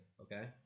okay